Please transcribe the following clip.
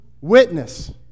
witness